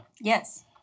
Yes